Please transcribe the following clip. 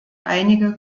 einige